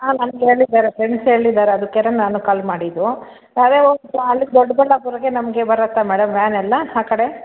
ಹಾಂ ನಮಗೆ ಅಲ್ಲಿ ಬರುತ್ತೆ ಫ್ರೆಂಡ್ಸ್ ಹೇಳಿದ್ದಾರೆ ಅದಕ್ಕೇನೆ ನಾನು ಕಾಲ್ ಮಾಡಿದ್ದು ಅದೇ ಅಲ್ಲಿ ದೊಡ್ಡ ಬಳ್ಳಾಪುರಕ್ಕೆ ನಮಗೆ ಬರುತ್ತಾ ಮೇಡಮ್ ವ್ಯಾನ್ ಎಲ್ಲ ಆ ಕಡೆ